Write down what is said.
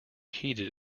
heated